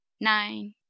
nine